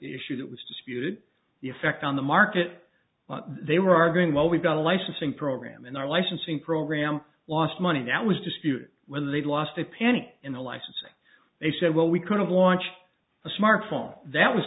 issue that was disputed the effect on the market they were arguing well we've got a licensing program and our licensing program lost money that was dispute whether they'd lost a penny in the licensing they said well we could've launched a smartphone that was